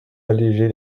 alléger